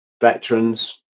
veterans